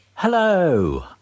Hello